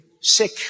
sick